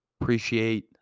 Appreciate